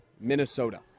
Minnesota